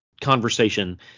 conversation